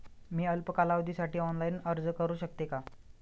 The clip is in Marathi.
मी अल्प कालावधीसाठी ऑनलाइन अर्ज करू शकते का?